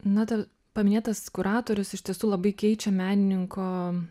na ta paminėtas kuratorius iš tiesų labai keičia menininko